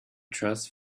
trust